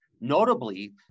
notably